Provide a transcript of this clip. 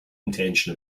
intention